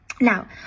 Now